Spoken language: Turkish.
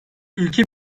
ülke